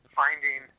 finding